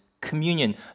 communion